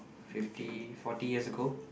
fifty forty years ago